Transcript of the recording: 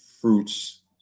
fruits